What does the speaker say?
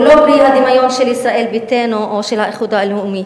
החוק הזה הוא לא פרי הדמיון של ישראל ביתנו או של האיחוד הלאומי,